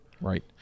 Right